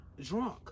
drunk